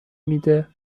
میده